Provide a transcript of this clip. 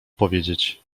powiedzieć